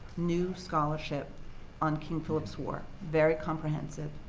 new scholarship on king philip's war, very comprehensive,